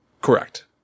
Correct